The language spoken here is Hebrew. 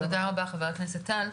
תודה רבה, חברת הכנסת טל.